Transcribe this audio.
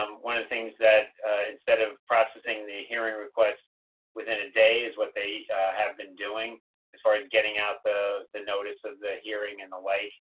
um one of the things that instead of processing the hearing request within a day is what they have been doing as far as getting out the the notice of the hearing and the like,